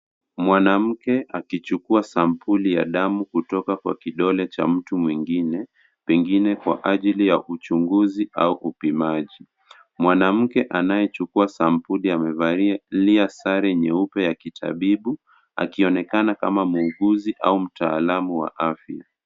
Mwanamke akichukua sampuli ya damu kutoka kwa kidole cha mtu mwingine, pengine kwa ajili ya uchunguzi au upimaji. Mwanamke anayechukua sampuli amevalia sare nyeupe ya kitabibu, akionekana kama muuguzi au mtaalamu wa afya.